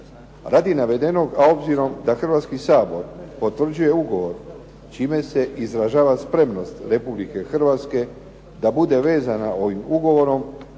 Radi navedenog, a obzirom da Hrvatski sabor potvrđuje ugovor, čime se izražava spremnost Republike Hrvatske da bude vezana ovim ugovorom,